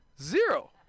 Zero